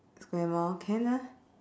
square mall can ah